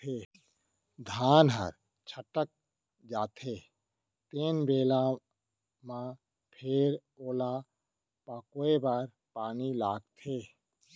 धान ह छटक जाथे तेन बेरा म फेर ओला पकोए बर पानी लागथे